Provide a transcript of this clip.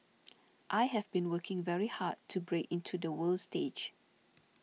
I have been working very hard to break into the world stage